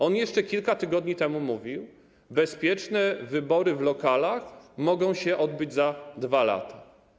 On jeszcze kilka tygodni temu mówił, że bezpieczne wybory w lokalach mogą się odbyć za 2 lata.